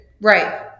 right